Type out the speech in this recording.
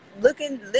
looking